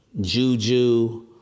juju